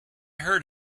heard